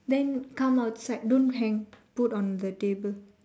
then come outside don't hang put on the table